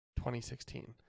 2016